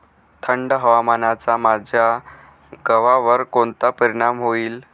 थंड हवामानाचा माझ्या गव्हावर कोणता परिणाम होईल?